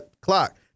clock